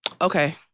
okay